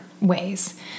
ways